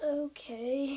okay